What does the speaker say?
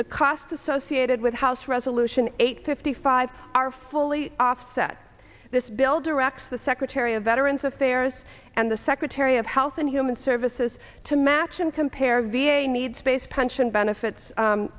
the costs associated with house resolution eight fifty five are fully offset this bill directs the secretary of veterans affairs and the secretary of health and human services to match and compare v a needs based pension benefits